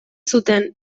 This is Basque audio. zuten